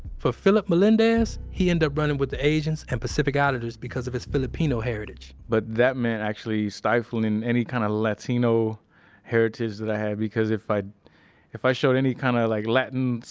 for philip melendez, he end up running with the asians and pacific islanders because of his filipino heritage but that meant actually stifling any kind of latino heritage that i had, because if i if i showed any kind of like latin,